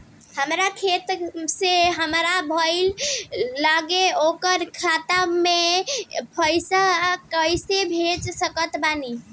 हमार खाता से हमार भाई लगे ओकर खाता मे पईसा कईसे भेज सकत बानी?